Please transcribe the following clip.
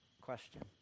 question